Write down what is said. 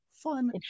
fun